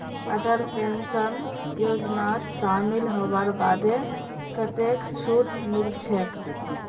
Atal pension योजनात शामिल हबार बादे कतेक छूट मिलछेक